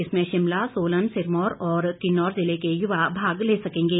इसमें शिमला सोलन सिरमौर और किन्नौर ज़िले के युवा भाग ले सकेंगे